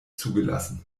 zugelassen